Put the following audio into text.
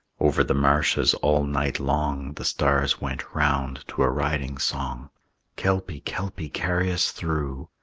over the marshes all night long the stars went round to a riding song kelpie, kelpie, carry us through!